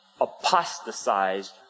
apostatized